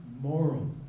moral